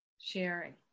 sharing